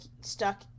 stuck